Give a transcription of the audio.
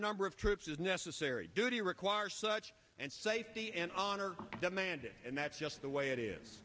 number of troops is necessary duty require such and safety and on are demanding and that's just the way it is